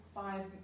five